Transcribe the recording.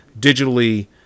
digitally